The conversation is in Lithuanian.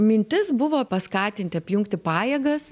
mintis buvo paskatinti apjungti pajėgas